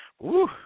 Woo